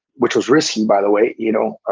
which was risky. by the way, you know,